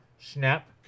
Snap